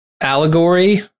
allegory